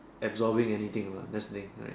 absorbing anything or not that's the thing right